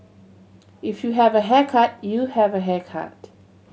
if you have a haircut you have a haircut